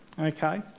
Okay